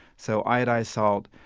so iodized salt,